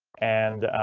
and.